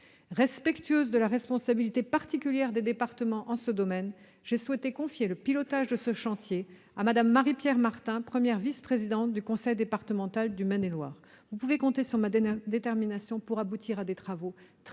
Respectueuse de la responsabilité particulière des départements dans ce domaine, j'ai confié le pilotage de ce chantier à Mme Marie-Pierre Martin, première vice-présidente du conseil départemental de Maine-et-Loire. Vous pouvez compter sur ma détermination pour aboutir à de véritables